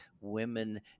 women